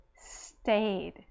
stayed